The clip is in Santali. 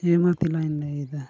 ᱦᱮᱸ ᱢᱟ ᱛᱮᱞᱟᱧ ᱞᱟᱹᱭᱫᱟ